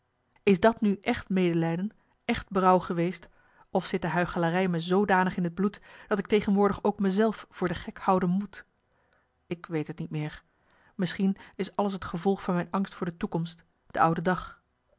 is dat nu echt medelijden echt berouw geweestof zit de huichelarij me zoodanig in het bloed dat ik tegenwoordig ook me zelf voor de gek houden moet ik weet t niet meer misschien is alles het gevolg van mijn angst voor de toekomst de oude dag